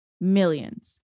millions